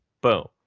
Boom